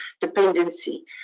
dependency